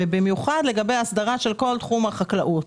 ובמיוחד לגבי ההסדרה של כל תחום החקלאות.